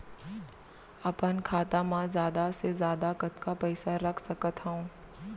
अपन खाता मा जादा से जादा कतका पइसा रख सकत हव?